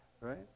right